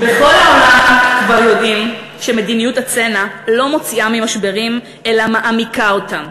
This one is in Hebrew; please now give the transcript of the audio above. בכל העולם כבר יודעים שמדיניות הצנע לא מוציאה ממשברים אלא מעמיקה אותם.